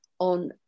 on